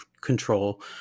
control